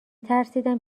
ترسیدم